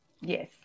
Yes